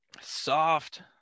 soft